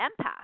empath